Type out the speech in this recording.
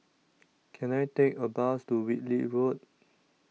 Can I Take A Bus to Whitley Road